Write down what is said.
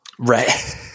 right